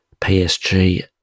PSG